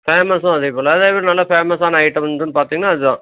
பேமஸ்ஸும் அதேபோல் அதேவே நல்லா பேமஸ்ஸான ஐட்டம் வந்துன்னு பார்த்தீங்கன்னா அது தான்